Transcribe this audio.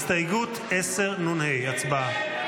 הסתייגות 10 נ"ה, הצבעה.